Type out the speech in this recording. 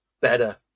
better